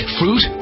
fruit